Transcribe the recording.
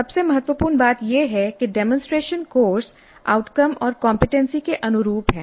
सबसे महत्वपूर्ण बात यह है कि डेमोंसट्रेशन कोर्स आउटकम और कमपेटेंसी के अनुरूप है